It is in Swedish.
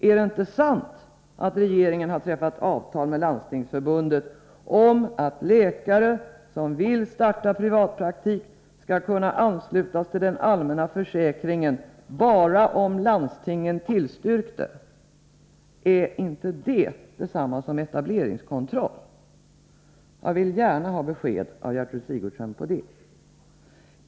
Är det inte sant att regeringen träffat avtal med Landstingsförbundet om att läkare som vill starta privatpraktik skall kunna anslutas till den allmänna försäkringen bara om landstingen tillstyrkt det? Är inte det detsamma som etableringskontroll? Jag vill gärna ha besked av Gertrud Sigurdsen på det.